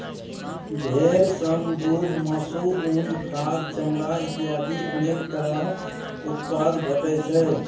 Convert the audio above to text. भेड़ सं दूघ, मासु, उन, खाद, चमड़ा इत्यादि अनेक तरह उत्पाद भेटै छै